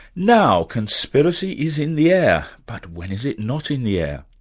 now, conspiracy is in the air, but when is it not in the air?